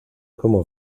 como